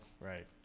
Right